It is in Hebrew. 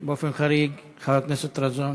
התשע"ד 2014,